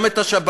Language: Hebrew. גם את השב"כ,